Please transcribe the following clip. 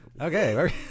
Okay